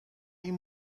این